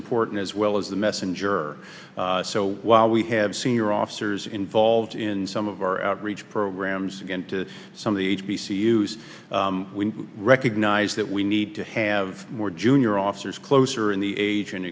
important as well as the messenger so while we have senior officers involved in some of our outreach programs again to some of the h b c use we recognize that we need to have more junior officers closer in the a